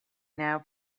now